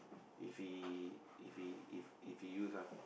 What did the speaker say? if he if he if if he use ah